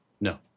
No